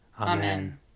Amen